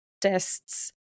tests